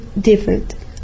different